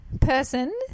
person